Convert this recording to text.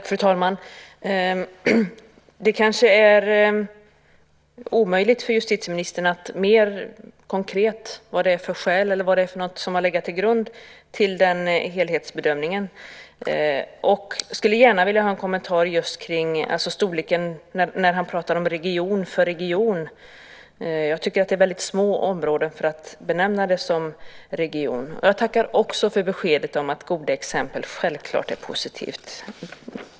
Fru talman! Det kanske är omöjligt för justitieministern att ange mer konkret vilka skäl som har legat till grund för helhetsbedömningen. Jag skulle gärna vilja ha en kommentar till storleken när justitieministern pratar om region för region. Det är små områden för att benämnas som regioner. Jag tackar också för beskedet om att goda exempel självklart är positiva.